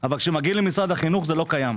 אבל כשמגיעים למשרד החינוך זה לא קיים.